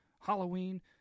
Halloween